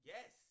Yes